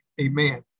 Amen